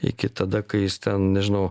iki tada kai jis ten nežinau